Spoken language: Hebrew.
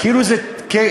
כאילו זה כפל,